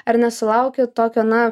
ar nesulauki tokio na